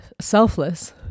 selfless